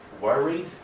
worried